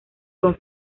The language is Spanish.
con